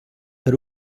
per